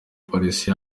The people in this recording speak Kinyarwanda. polisi